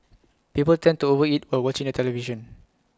people tend to over eat while watching the television